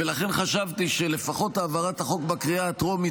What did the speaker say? ולכן חשבתי שלפחות העברת החוק בקריאה הטרומית